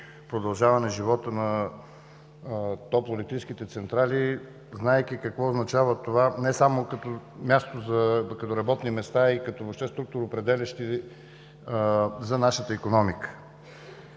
продължаване живота на топлоелектрическите централи, знаейки какво означава това не само като място за работни места, но и въобще като структуроопределящи за нашата икономика.